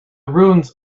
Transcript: ruins